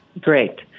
Great